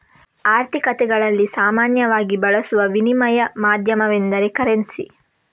ಆರ್ಥಿಕತೆಗಳಲ್ಲಿ ಸಾಮಾನ್ಯವಾಗಿ ಬಳಸುವ ವಿನಿಮಯ ಮಾಧ್ಯಮವೆಂದರೆ ಕರೆನ್ಸಿ